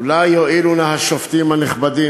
אולי יואילו נא השופטים הנכבדים,